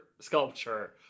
sculpture